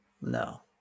No